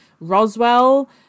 Roswell